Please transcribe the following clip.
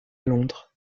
londres